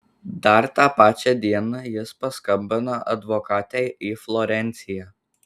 dar tą pačią dieną jis paskambina advokatei į florenciją